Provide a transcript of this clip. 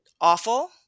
awful